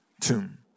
tomb